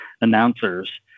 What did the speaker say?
announcers